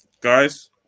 guys